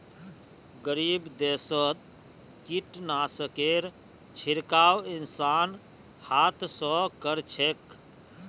गरीब देशत कीटनाशकेर छिड़काव इंसान हाथ स कर छेक